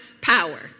power